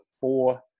four